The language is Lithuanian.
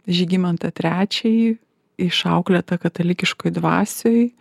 žygimantą trečiajį išauklėtą katalikiškoj dvasioj